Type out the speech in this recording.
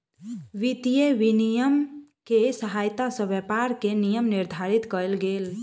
वित्तीय विनियम के सहायता सॅ व्यापार के नियम निर्धारित कयल गेल